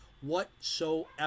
whatsoever